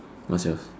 what's yours